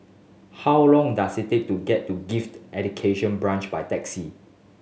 how long does it take to get to Gifted Education Branch by taxi